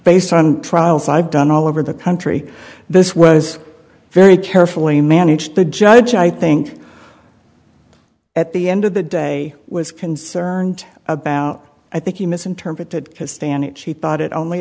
based on trial five done all over the country this was very carefully managed the judge i think at the end of the day was concerned about i think he misinterpreted his stand it she thought it only